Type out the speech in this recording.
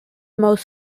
most